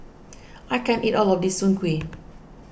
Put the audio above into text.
I can't eat all of this Soon Kway